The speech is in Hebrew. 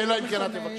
אלא אם כן את תבקשי